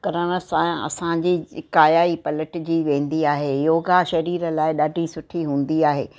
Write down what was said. करण सां असांजे काया ई पलट जी वेंदी आहे योगा शरीर लाइ ॾाढी सुठी हूंदी आहे